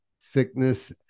sickness